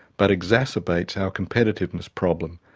but exacerbates our competitiveness problem.